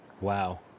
Wow